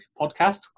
podcast